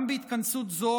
גם בהתכנסות זו,